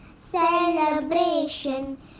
Celebration